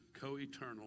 co-eternal